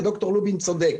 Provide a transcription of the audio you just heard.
וד"ר לובין צודק.